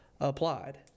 applied